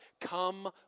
come